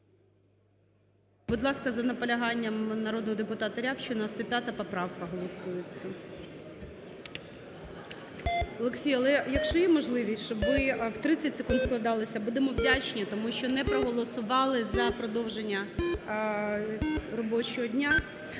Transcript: Будь ласка, за наполяганням народного депутата Рябчина, 105 поправка голосується. Олексій, але, якщо є можливість, щоб ви в 30 секунд вкладалися – будемо вдячні, тому що не проголосували за продовження робочого дня.